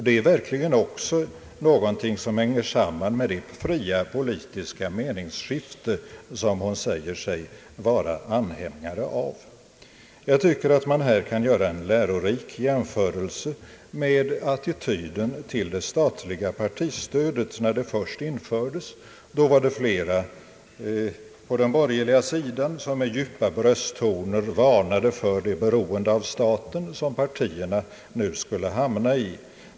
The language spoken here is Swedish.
Det är verkligen också någonting som hänger samman med det fria politiska meningsskifte som fru Segerstedt Wiberg säger sig vara anhängare av. Jag tycker att man här kan göra en lärorik jämförelse med attityden till det statliga partistödet. När detta först infördes var det många på den borgerliga sidan som med djupa brösttoner varnade för det beroende av staten som partierna nu skulle hamna i.